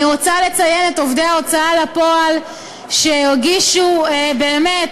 אני רוצה לציין את עובדי ההוצאה לפועל שהרגישו כאילו